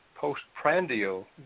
postprandial